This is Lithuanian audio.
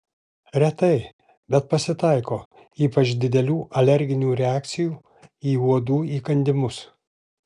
retai bet pasitaiko ypač didelių alerginių reakcijų į uodų įkandimus